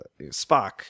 Spock